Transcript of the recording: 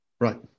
Right